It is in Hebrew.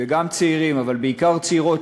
גם צעירים אבל בעיקר צעירות,